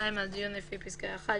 (2)על דיון לפי פסקה (1),